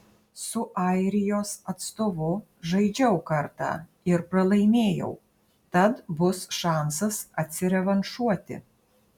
su airijos atstovu žaidžiau kartą ir pralaimėjau tad bus šansas atsirevanšuoti